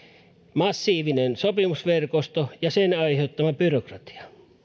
massiivinen sopimusverkosto ja sen aiheuttama byrokratia